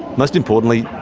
most importantly,